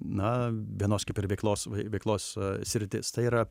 na vienos kaip ir veiklos veiklos sritis tai yra